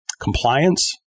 compliance